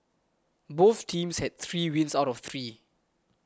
both teams have three wins out of three